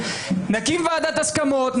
נקים ועדת הסכמות,